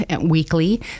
weekly